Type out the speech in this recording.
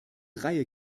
reihe